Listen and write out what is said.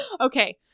Okay